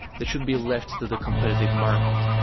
that should be left to the competitive market.